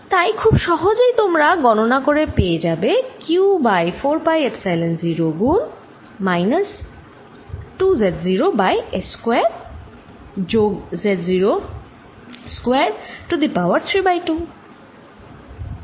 তাই খুব সহজেই তোমরা গণনা করে পেয়ে যাবে q বাই 4 পাই এপসাইলন 0 গুণ minus 2 Z0 by s square যোগ Z0 square to the power 3 by 2